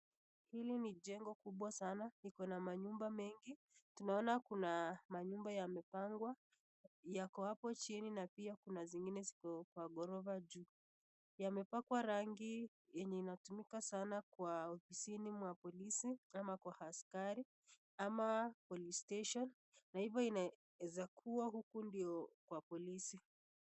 Hii ni jengo kubwa sana liko na manyumba mengi tunaona Kuna manyumba yamepangwa Yako hapo chini na pia Kuna zingine ziko Kwa gorofa juu imepakwa rangi yenye inaatumiwa sana kwa ofisi mean polisi ama Kwa askari ama police station Kwa hivyo inaeza kuwa Kwa polisi.